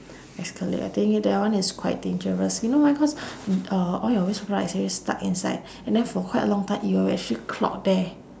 ex colleague I think that one is quite dangerous you know why cause uh all your waste product is already stuck inside and then for quite a long time it will actually clot there